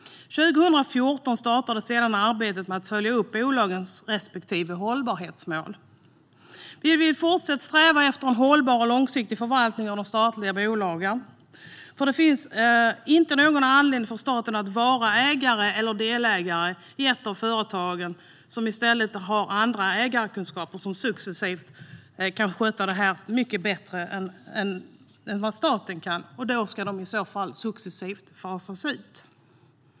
År 2014 startade arbetet med att följa upp bolagens respektive hållbarhetsmål. Vi vill fortsätta att sträva efter en hållbar och långsiktig förvaltning av de statliga bolagen. Det finns ingen anledning för staten att vara ägare eller delägare i ett av de företag som har andra ägarkunskaper och kan sköta detta mycket bättre än staten. Då bör dessa bolag successivt fasas ut.